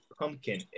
Pumpkin